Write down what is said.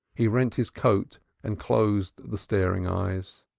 he rent his coat, and closed the staring eyes.